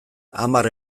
hamar